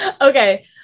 Okay